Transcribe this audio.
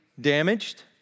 damaged